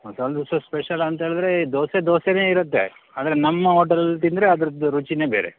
ಮಸಾಲೆ ದೋಸೆ ಸ್ಪೆಷಲ್ ಅಂತ ಹೇಳಿದರೆ ದೋಸೆ ದೋಸೆಯೇ ಇರತ್ತೆ ಆದರೆ ನಮ್ಮ ಹೋಟೆಲಲ್ಲಿ ತಿಂದರೆ ಅದರದ್ದು ರುಚಿಯೇ ಬೇರೆ